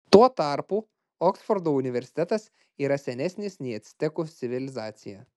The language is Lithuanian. tuo tarpu oksfordo universitetas yra senesnis nei actekų civilizacija